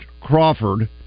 Crawford